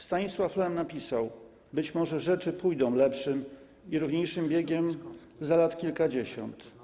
Stanisław Lem napisał: Być może rzeczy pójdą lepszym i równiejszym biegiem za lat kilkadziesiąt.